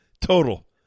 Total